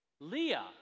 Leah